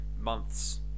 months